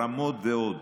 רמות ועוד.